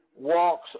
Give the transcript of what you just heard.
walks